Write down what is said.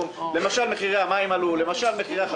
למשל העלו את שכר המינימום,